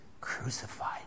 crucified